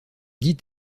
dit